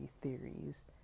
theories